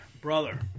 brother